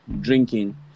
drinking